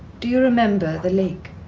do you remember the lake?